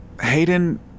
Hayden